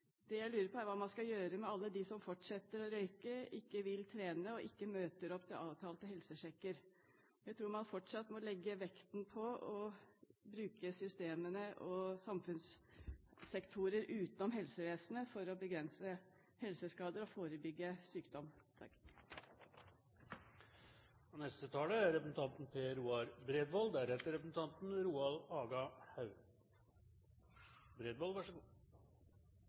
Det jeg lurer på, er hva man skal gjøre med alle dem som fortsetter å røyke, ikke vil trene og ikke møter opp til avtalte helsesjekker. Jeg tror man fortsatt må legge vekten på å bruke systemene og samfunnssektorer utenom helsevesenet for å begrense helseskader og forebygge sykdom. I en serie medieoppslag gjennom året har det vært fokusert på lønnsomheten i norsk reiseliv. Statistikken for sommermånedene viser en positiv trend, men for 2010 generelt er